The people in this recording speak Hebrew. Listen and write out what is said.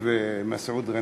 את הערבים, אני ומסעוד גנאים,